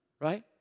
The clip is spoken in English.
right